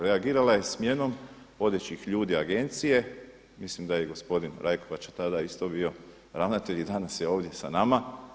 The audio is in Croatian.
Reagirala je smjenom vodećih ljudi Agencije, mislim da je i gospodin Rajkovača tada isto bio ravnatelj i danas je ovdje sa nama.